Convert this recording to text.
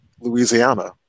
Louisiana